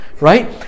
Right